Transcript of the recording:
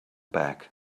back